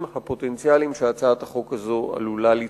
הפוטנציאליים שהצעת החוק הזאת עלולה ליצור.